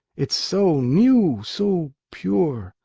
it's so new, so pure,